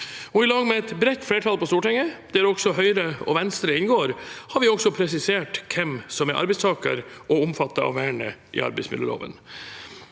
I lag med et bredt flertall på Stortinget, der også Høyre og Venstre inngår, har vi presisert hvem som er arbeidstaker og omfattet av vernet i arbeidsmiljøloven.